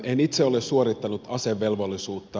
en itse ole suorittanut asevelvollisuutta